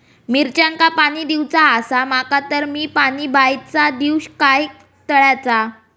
मिरचांका पाणी दिवचा आसा माका तर मी पाणी बायचा दिव काय तळ्याचा?